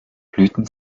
blüten